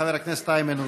חבר הכנסת איימן עודה.